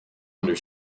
under